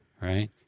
Right